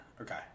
Okay